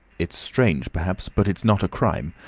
it's strange, perhaps, but it's not a crime.